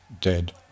dead